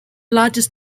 largest